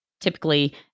typically